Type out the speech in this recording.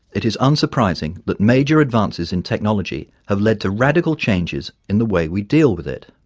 it is unsurprising that major advances in technology have led to radical changes in the way we deal with it.